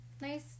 nice